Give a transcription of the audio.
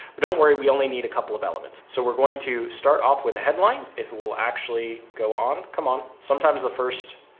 but don't worry. we only need a couple of elements. so we're going to start off with a headline if it will actually go on, come on. sometimes the first,